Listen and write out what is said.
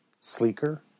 sleeker